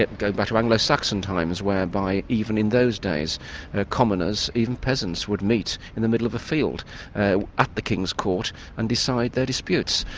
going back to anglo saxon times whereby even in those days commoners, even peasants, would meet in the middle of a field at the king's court and decide their disputes.